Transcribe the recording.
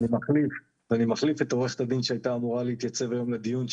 ואני מחליף את עורכת הדין שהייתה אמורה להתייצב היום לדיון,